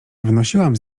wnosiłam